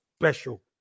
special